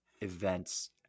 events